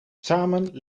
samen